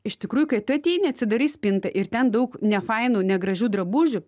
iš tikrųjų kai tu ateini atsidarai spintą ir ten daug nefainų negražių drabužių